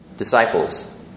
Disciples